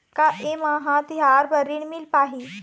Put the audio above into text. का ये म हर तिहार बर ऋण मिल पाही?